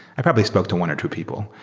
i probably spoke to one or two people,